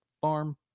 Farm